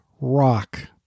rock